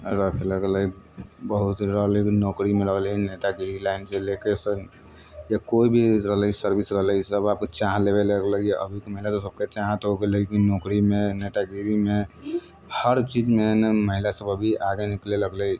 रखे लगलै बहुत रहलै नौकरी मे रहलै नेतागिरी लाइन से लेके या कोइ भी रहले सर्विस रहलै सब अपन चाह लेबे लगलै अभी के महिला सबके ओकर चाहत होइ गेलै की नौकरी मे नेतागिरी मे हर चीज मे महिला सब अभी आगे निकले लगलै